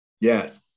Yes